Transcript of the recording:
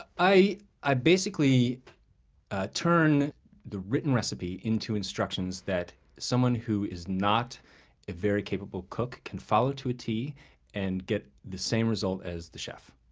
i i basically turn the written recipe into instructions that someone who is not a very capable cook can follow to a tee and get the same result as the chef.